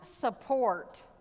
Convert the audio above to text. support